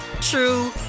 true